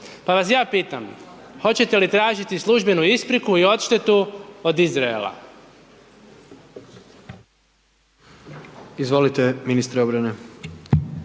Pa vas ja pitam, hoćete li tražiti službenu ispriku i odštetu od Izraela? **Jandroković, Gordan